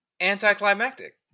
anticlimactic